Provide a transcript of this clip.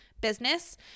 business